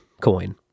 coin